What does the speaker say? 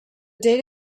date